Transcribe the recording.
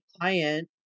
client